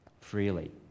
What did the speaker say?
freely